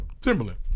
Timberland